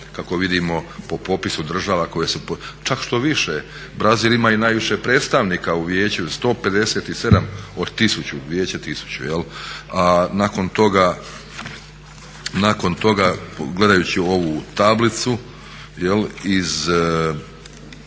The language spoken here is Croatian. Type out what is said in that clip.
Kako vidimo po popisu država koje su, čak štoviše Brazil ima i najviše predstavnika u Vijeću, 157 od 1000, Vijeće 1000. A nakon toga gledajući ovu tablicu koja